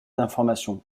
d’information